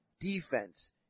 defense